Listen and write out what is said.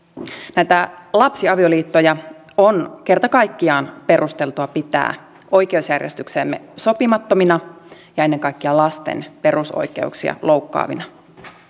näitä lapsiavioliittoja on kerta kaikkiaan perusteltua pitää oikeusjärjestykseemme sopimattomina ja ennen kaikkea lasten perusoikeuksia loukkaavina